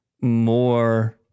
more